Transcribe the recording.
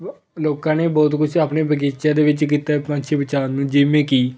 ਲੋ ਲੋਕਾਂ ਨੇ ਬਹੁਤ ਕੁਛ ਆਪਣੇ ਬਗੀਚਿਆਂ ਦੇ ਵਿੱਚ ਕੀਤਾ ਪੰਛੀ ਬਚਾਉਣ ਨੂੰ ਜਿਵੇਂ ਕਿ